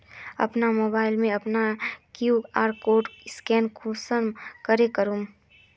अपना मोबाईल से अपना कियु.आर कोड स्कैन कुंसम करे करूम?